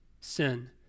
sin